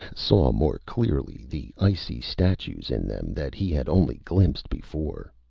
saw more clearly the icy statues in them that he had only glimpsed before.